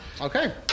Okay